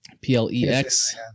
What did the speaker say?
P-L-E-X